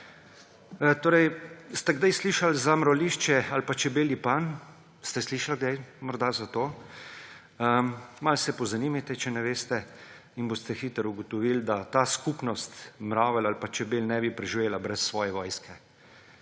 Ste kdaj slišali za mravljišče ali pa čebelji panj? Ste slišal kdaj morda za to? Malo se pozanimajte, če ne veste, in boste hitro ugotovil, da ta skupnost mravelj ali pa čebel ne bi preživela brez svoje vojske,